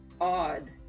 odd